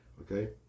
Okay